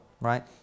right